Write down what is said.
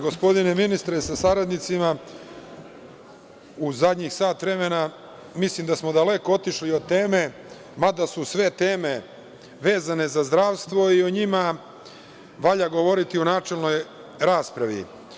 Gospodine ministre sa saradnicima u zadnjih sat vremena mislim da smo daleko otišli od teme, mada su sve teme vezane za zdravstvo i o njima valja govoriti u načelnoj raspravi.